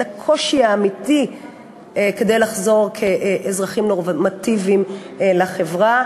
את הקושי האמיתי לחזור כאזרחים נורמטיביים לחברה.